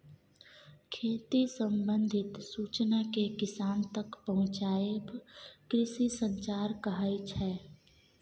खेती संबंधित सुचना केँ किसान तक पहुँचाएब कृषि संचार कहै छै